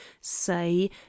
say